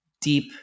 deep